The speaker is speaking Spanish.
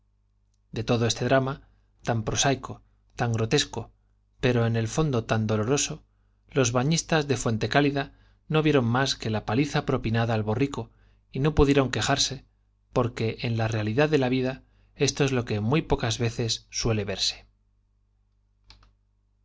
de todo este drama tan prosaico tan grotesco pero en el fondo tan doloroso los bañistas de fuente cálida no vieron más que la paliza propinada al bo rrico y no pueden quejarse porque en la realidad de la vida esto es lo que muy pocas veces suele verse